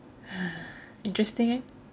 interesting